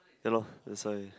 ya lor that's why